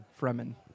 Fremen